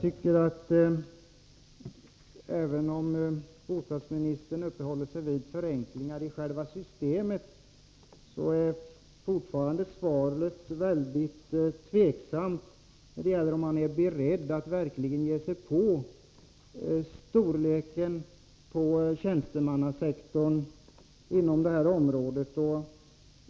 Herr talman! Även om bostadsministern uppehåller sig vid förenklingar i själva systemet, anser jag fortfarande att svaret är mycket tveksamt när det gäller om man är beredd att verkligen minska tjänstemannasektorn inom detta område.